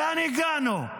לאן הגענו?